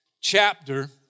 chapter